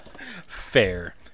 Fair